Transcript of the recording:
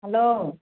hello